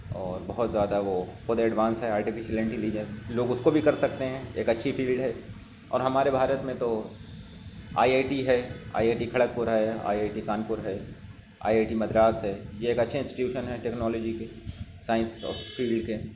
اور بہت زیادہ وہ بہت ایڈوانس ہیں آرٹیفیشل انٹیلیجنس لوگ اس کو بھی کر سکتے ہیں ایک اچھی فیلڈ ہے اور ہمارے بھارت میں تو آئی آئی ٹی ہے I I T Kharagpur ہے آئی آئی ٹی کانپور ہے آئی آئی ٹی مدراس ہے یہ ایک اچھے انسٹیٹوشن ہیں ٹیکنالوجی کے سائنس فیلڈ کے